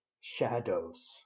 shadows